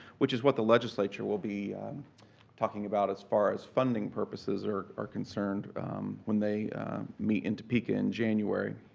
which is what the legislature will be talking about as far as funding purposes are are concerned when they meet in topeka in january.